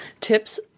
tips